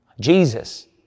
Jesus